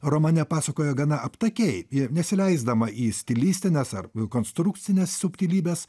romane pasakoja gana aptakiai ir nesileisdama į stilistines ar konstrukcines subtilybes